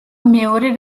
მეორე